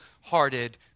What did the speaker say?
hearted